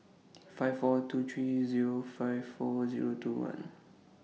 five four two three Zero five four Zero two one